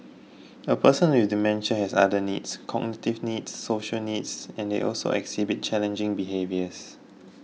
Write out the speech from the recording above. a person with dementia has other needs cognitive needs social needs and they also exhibit challenging behaviours